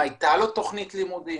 הייתה לו תכנית לימודים,